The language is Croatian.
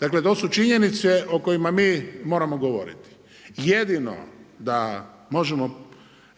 Dakle to su činjenice o kojima mi moramo govoriti. Jedino da možemo